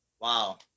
Wow